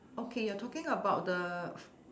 okay you are talking about the